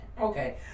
Okay